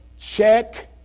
Check